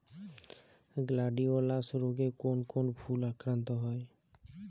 Gladiolus রোগে কোন কোন ফুল আক্রান্ত হয়?